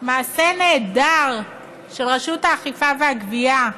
מעשה נהדר של רשות האכיפה והגבייה,